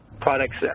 products